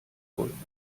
vollmond